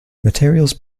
materials